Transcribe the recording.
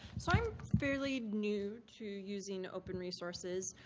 so i'm fairly new to using open resources.